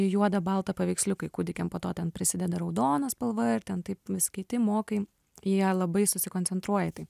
juoda balta paveiksliukai kūdikiam po to ten prisideda raudona spalva ir ten taip vis kiti mokai jie labai susikoncentruoja į tai